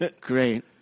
Great